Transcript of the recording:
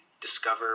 discover